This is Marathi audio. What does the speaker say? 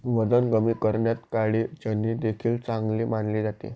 वजन कमी करण्यात काळे चणे देखील चांगले मानले जाते